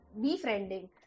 befriending